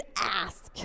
ask